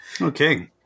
Okay